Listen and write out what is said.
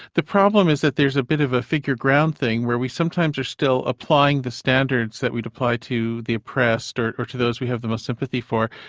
the problem is that there's a bit of a figure ground thing, where we sometimes are still applying the standards that we'd apply to the oppressed or or to those who have the most sympathy for,